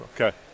Okay